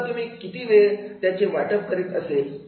आता तुम्ही किती वेळ त्याचे वाटप कसे असेल